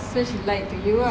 so she lie to you ah